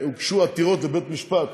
והוגשו עתירות לבית-משפט